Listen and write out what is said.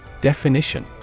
Definition